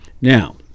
Now